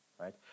right